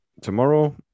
tomorrow